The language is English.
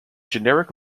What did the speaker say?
generic